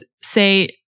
say